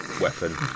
weapon